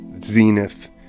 zenith